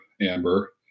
amber